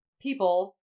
people